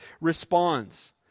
responds